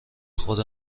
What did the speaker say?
خود